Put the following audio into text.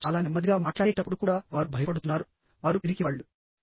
వారు చాలా నెమ్మదిగా మాట్లాడేటప్పుడు కూడా వారు భయపడుతున్నారు వారు పిరికివాళ్ళు